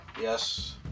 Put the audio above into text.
Yes